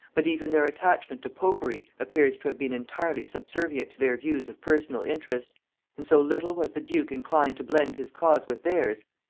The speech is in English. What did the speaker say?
but even their attachment to popery appears to have been entirely subservient to their views of personal interest and so little was the duke inclined to blend his cause with theirs,